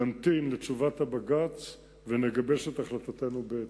נמתין לתשובת הבג"ץ ונגבש את החלטתנו בהתאם.